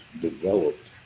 developed